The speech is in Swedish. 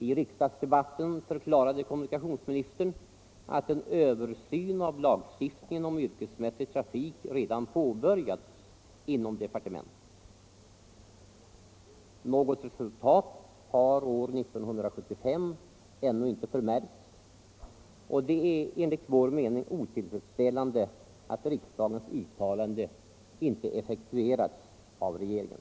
I riksdagsdebatten förklarade kommunikationsministern att en översyn av lagstiftningen om yrkesmässig trafik redan påbörjats inom departementet. Något resultat har år 1975 ännu inte förmärkts, och det är enligt vår mening otillfredsställande att riksdagens uttalande inte följts av regeringen.'